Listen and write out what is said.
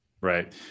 Right